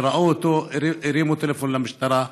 כשראו אותו הם הרימו טלפון למשטרה.